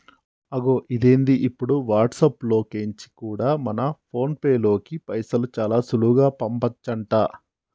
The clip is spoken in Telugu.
అగొ ఇదేంది ఇప్పుడు వాట్సాప్ లో కెంచి కూడా మన ఫోన్ పేలోకి పైసలు చాలా సులువుగా పంపచంట